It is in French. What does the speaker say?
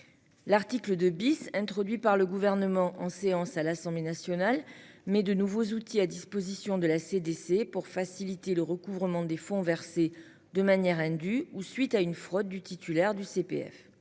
L'article 2 bis introduit par le gouvernement en séance à l'Assemblée nationale mais de nouveaux outils à disposition de la CDC pour faciliter le recouvrement des fonds versés de manière indue ou suite à une fraude du titulaire du CPF.